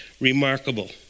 remarkable